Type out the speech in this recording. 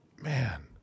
man